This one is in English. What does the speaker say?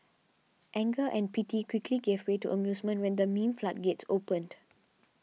anger and pity quickly gave way to amusement when the meme floodgates opened